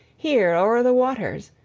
here o'er the waters?